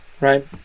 right